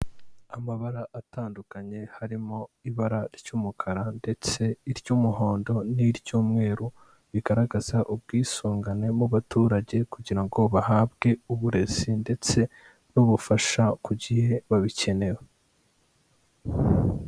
Amabara atandukanye harimo ibara ry'umukara ndetse iry'umuhondo n'iry'umweru, bigaragaza ubwisungane mu baturage kugira ngo bahabwe uburezi ndetse n'ubufasha ku gihe babikenera.